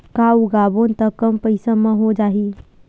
का उगाबोन त कम पईसा म हो जाही?